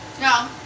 No